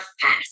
fast